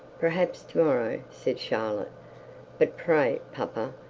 perhaps to-morrow said charlotte but pray, papa,